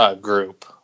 group